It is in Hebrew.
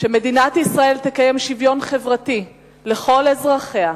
ש"מדינת ישראל תקיים שוויון חברתי לכל אזרחיה,